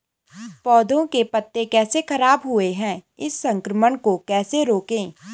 पौधों के पत्ते कैसे खराब हुए हैं इस संक्रमण को कैसे रोकें?